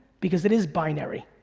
because it is binary.